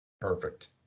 perfect